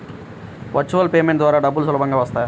Virtual payment ద్వారా డబ్బులు సులభంగా వస్తాయా?